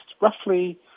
roughly